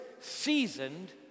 seasoned